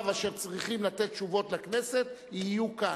אשר צריכים לתת תשובות לכנסת יהיו כאן.